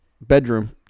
bedroom